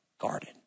garden